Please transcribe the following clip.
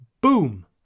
boom